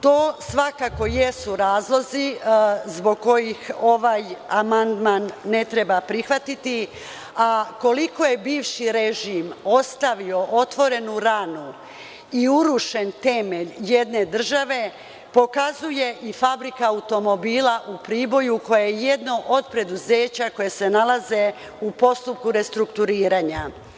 To svakako jesu razlozi zbog kojih ovaj amandman ne treba prihvatiti, a koliko je bivši režim ostavio otvorenu ranu i urušen temelj jedne države pokazuje i Fabrika automobila u Priboju, koja je jedno od preduzeća koja se nalaze u postupku restrukturiranja.